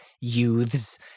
youths